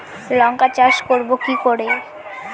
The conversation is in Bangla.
লঙ্কা চাষ করব কি করে?